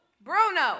Bruno